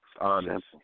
honest